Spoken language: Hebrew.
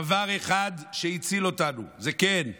דבר אחד שהציל אותנו, כן,